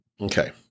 okay